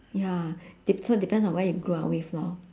ya de~ so depends on where you grow up with lor